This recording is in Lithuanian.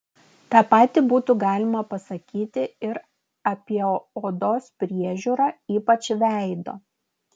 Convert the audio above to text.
tą patį būtų galima pasakyti ir apie odos priežiūrą ypač veido